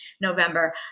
November